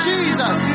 Jesus